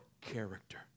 character